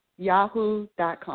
Yahoo.com